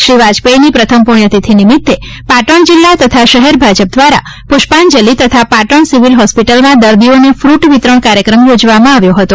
શ્રી વાજપેયીની પ્રથમ પ્રણ્યતિથિ નિમિત્તે પાટણ જિલ્લા તથા શહેર ભાજપ દ્વારા પૂષ્પાંજલિ તથા પાટણ સિવિલ હોસ્પિટલમાં દર્દીઓને ફ્રટ વિતરણ કાર્યક્રમ યોજવામાં આવ્યો હતો